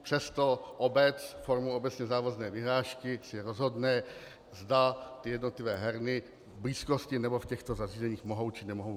Přesto obec formou obecně závazné vyhlášky si rozhodne, zda jednotlivé herny v blízkosti nebo v těchto zařízeních mohou či nemohou být.